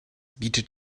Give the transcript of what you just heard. bietet